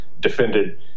defended